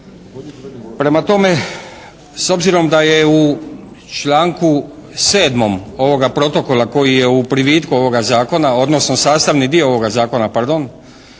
Prema tome, s obzirom da je u članku 7. ovoga protokola koji je u privitku ovoga zakona, odnosno sastavni dio ovoga zakona pardon,